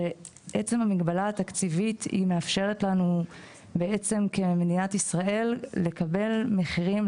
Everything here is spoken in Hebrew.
עצם המגבלה התקציבית היא מאפשרת לנו כמדינת ישראל לקבל מחירים,